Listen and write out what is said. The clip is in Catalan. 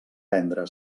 prendre